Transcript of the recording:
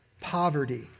poverty